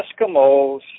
Eskimos